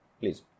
please